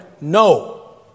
no